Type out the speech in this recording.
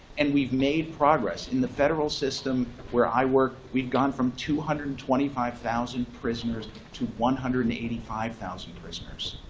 and we've made progress. in the federal system where i work, we've gone from two hundred and twenty five thousand prisoners to one hundred and eighty five thousand prisoners,